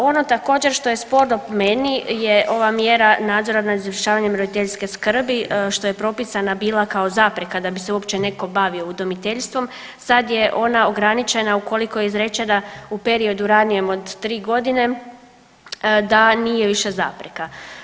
Ono što je također sporno meni je ova mjera nadzora nad izvršavanjem roditeljske skrbi što je propisana bila kao zapreka da bi se uopće neko bavi udomiteljstvom, sad je ona ograničena ukoliko je izrečena u periodu ranijem od tri godine da nije više zapreka.